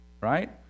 right